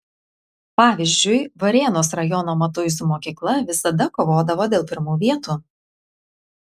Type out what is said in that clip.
pavyzdžiui varėnos rajono matuizų mokykla visada kovodavo dėl pirmų vietų